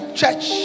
church